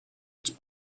its